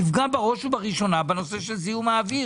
יפגע בראש ובראשונה בנושא של זיהום האוויר.